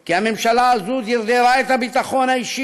כי הממשלה הזו דרדרה את הביטחון האישי